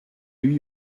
lui